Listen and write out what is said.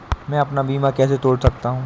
मैं अपना बीमा कैसे तोड़ सकता हूँ?